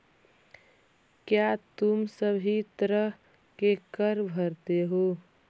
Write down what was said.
क्या तुम सभी तरह के कर भरते हो?